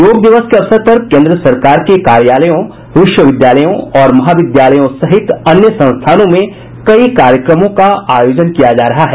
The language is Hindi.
योग दिवस के अवसर पर केन्द्र सरकार के कार्यालयों विश्वविद्यालयों और महाविद्यालयों सहित अन्य संस्थानों में कई कार्यक्रमों का आयोजन किया जा रहा है